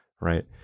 right